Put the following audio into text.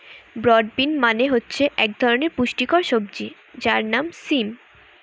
broad bean মানে হচ্ছে এক ধরনের পুষ্টিকর সবজি যার নাম সিম